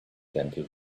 gentle